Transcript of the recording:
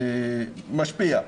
משפיעה.